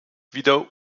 wieder